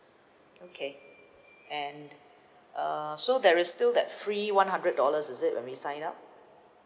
okay and uh so there's still that free one hundred dollars is it when we sign up